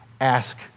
ask